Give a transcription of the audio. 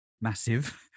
massive